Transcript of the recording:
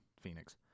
Phoenix